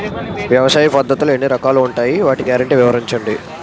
వ్యవసాయ పద్ధతులు ఎన్ని రకాలు ఉంటాయి? వాటి గ్యారంటీ వివరించండి?